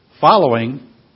following